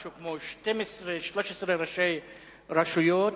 משהו כמו 12 13 ראשי רשויות,